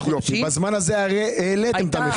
הזה הרי העליתם את המחירים.